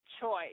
choice